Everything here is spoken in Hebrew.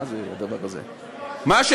כל